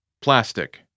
Plastic